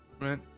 Right